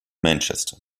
manchester